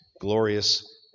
glorious